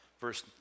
Verse